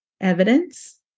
evidence